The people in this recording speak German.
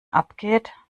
abgeht